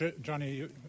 Johnny